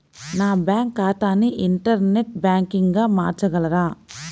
నా బ్యాంక్ ఖాతాని ఇంటర్నెట్ బ్యాంకింగ్గా మార్చగలరా?